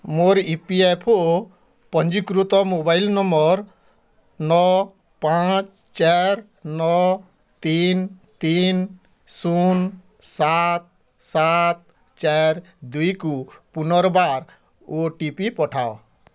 ମୋର E P F O ପଞ୍ଜୀକୃତ mobile number ନଅ ପାଞ୍ଚ ଚାରି ନଅ ତିନି ତିନି ଶୂନ ସାତ ସାତ ଚାରି ଦୁଇକୁ ପୁନର୍ବାର ଓ ଟି ପି ପଠାଅ